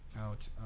out